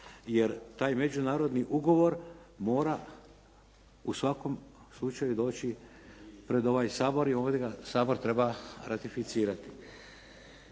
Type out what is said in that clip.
jer taj međunarodni ugovor mora u svakom slučaju doći pred ovaj Sabor i ovdje ga Sabor treba ratificirati.